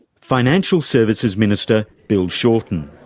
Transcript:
financial services minister, bill shorten.